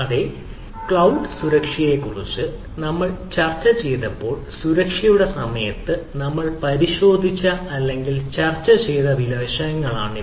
അതെ ക്ലൌഡ് സുരക്ഷയെക്കുറിച്ച് നമ്മൾ ചർച്ച ചെയ്തപ്പോൾ സുരക്ഷയുടെ സമയത്ത് നമ്മൾ പരിശോധിച്ച അല്ലെങ്കിൽ ചർച്ച ചെയ്ത ചില വശങ്ങൾ ആണിവ